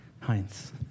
Heinz